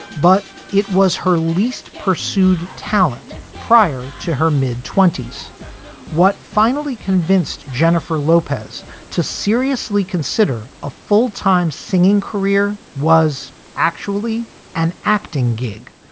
but it was her least pursued talent prior to her mid twenty point s what finally convinced jennifer lopez to seriously consider a full time singing career was actually an acting gig,